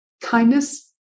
Kindness